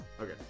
okay